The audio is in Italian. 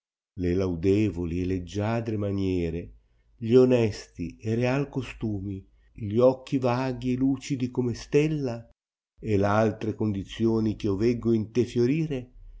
le laudevoli e leggiadre maniere gli onesti e real costumi gli occhi vaghi e lucidi come stella e r altre condizioni che io veggo in te fiorire